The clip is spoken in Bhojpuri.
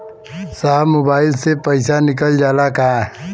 साहब मोबाइल से पैसा निकल जाला का?